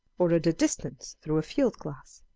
or at a distance through a field-glass.